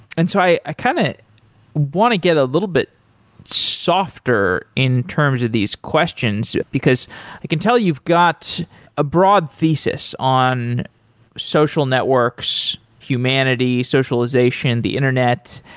and so i i kind of want to get a little bit softer in terms of these questions, because i can tell you've got a broad thesis on social networks, humanity, socialization, the internet.